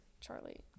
Charlie